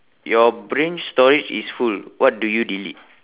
your brain storage is full what do you delete